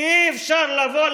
כי אי-אפשר לבוא,